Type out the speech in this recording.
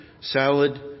salad